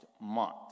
month